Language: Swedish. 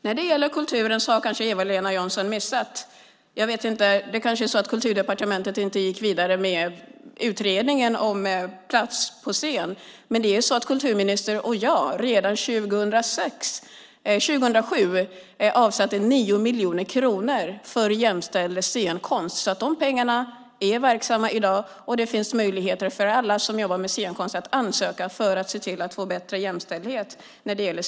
När det gäller kulturen gick Kulturdepartementet kanske inte vidare med utredningen Plats på scen . Men Eva-Lena Jansson kanske har missat att kulturministern och jag redan 2007 avsatte 9 miljoner kronor till jämställd scenkonst. Pengar finns alltså tillgängliga att söka för alla som jobbar med scenkonst för att få bättre jämställdhet där.